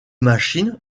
machine